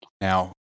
Now